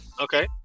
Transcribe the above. Okay